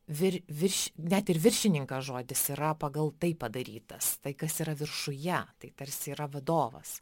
vir virš net ir viršininkas žodis yra pagal tai padarytas tai kas yra viršuje tai tarsi yra vadovas